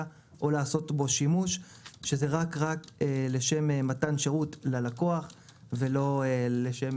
או לעשות בו שימוש שזה רק לשם מתן שירות ללקוח ולא לשם